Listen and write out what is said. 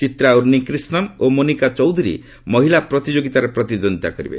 ଚିତ୍ରା ଉନ୍ନୀକ୍ରିଷନ୍ ଓ ମୋନିକା ଚୌଧାରୀ ମହିଳା ପ୍ରତିଯୋଗିତାରେ ପ୍ରତିଦ୍ୱନ୍ଦିତା କରିବେ